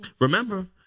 Remember